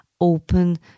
open